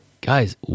Guys